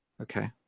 okay